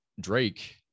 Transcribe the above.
Drake –